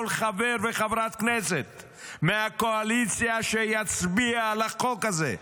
כל חבר וחברת כנסת מהקואליציה שיצביע על החוק הזה,